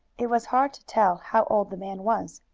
it was hard to tell how old the man was.